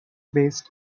based